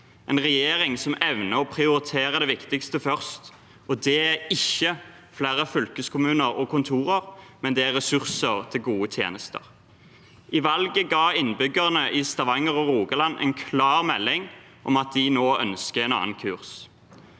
en regjering som evner å prioritere det viktigste først. Det er ikke flere fylkeskommuner og kontorer, men det er ressurser til gode tjenester. I valget ga innbyggerne i Stavanger og Rogaland en klar melding om at de nå ønsker en annen kurs.